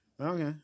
Okay